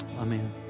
Amen